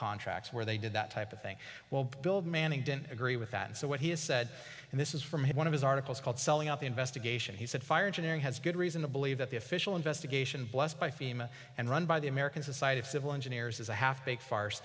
contracts where they did that type of thing well build manning didn't agree with that so what he has said and this is from one of his articles called selling out the investigation he said fire engine has good reason to believe that the official investigation blessed by fema and run by the american society of civil engineers is a